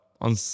On